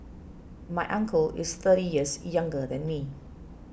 my uncle is thirty years younger than me